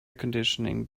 conditioning